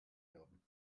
werden